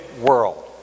world